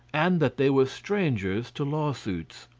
and that they were strangers to lawsuits.